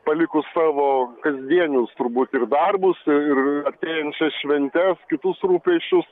palikus savo kasdienius turbūt ir darbus ir artėjančias šventes kitus rūpesčius